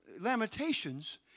Lamentations